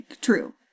true